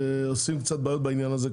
עושים קצת בעיות בעניין הזה,